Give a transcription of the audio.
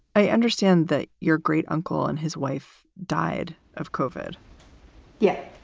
i understand that your great uncle and his wife died of kofod yes.